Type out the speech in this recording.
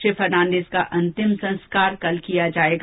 श्री फर्नान्डीज का अंतिम संस्कार कल किया जायेगा